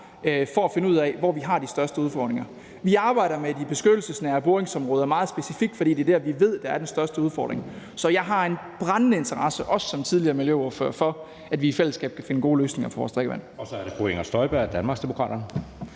for at finde ud af, hvor vi har de største udfordringer. Vi arbejder meget specifikt med de beskyttelsesnære boringsområder, fordi det er der, vi ved at den største udfordring er. Så jeg har, også som tidligere miljøordfører, en brændende interesse for, at vi i fællesskab kan finde gode løsninger for vores drikkevand.